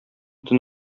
төн